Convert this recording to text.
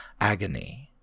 agony